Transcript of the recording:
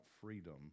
freedom